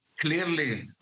Clearly